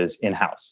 in-house